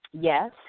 Yes